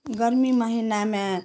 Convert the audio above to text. गर्मी महीना में